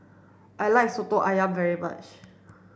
I like Soto Ayam very much